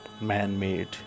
man-made